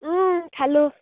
খালোঁ